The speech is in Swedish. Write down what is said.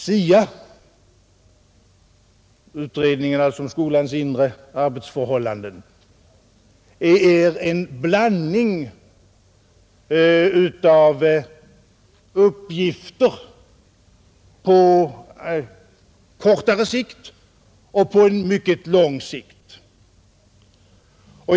SIA — utredningen om skolans inre arbetsförhållanden — har en blandning av uppgifter på kortare sikt och på mycket lång sikt.